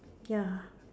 ya